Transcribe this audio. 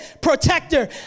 protector